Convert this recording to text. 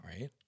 right